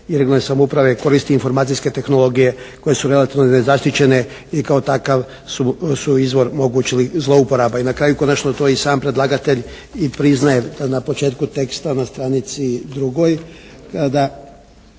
i regionalne samouprave koristi informacijske tehnologije koje su relativno nezaštićene i kao takav su izvor mogućih zlouporaba. I na kraju konačno to i sam predlagatelj i priznaje na početku teksta na stranici 2.